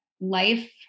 life